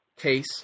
case